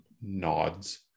Nods